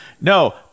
No